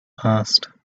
past